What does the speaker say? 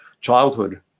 childhood